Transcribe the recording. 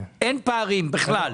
אין פערים בכלל?